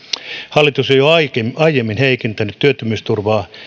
hallitus on jo aiemmin heikentänyt työttömyysturvaa